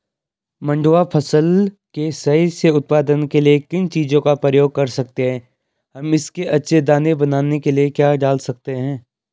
मंडुवा फसल के सही से उत्पादन के लिए किन चीज़ों का प्रयोग कर सकते हैं हम इसके अच्छे दाने बनाने के लिए क्या डाल सकते हैं?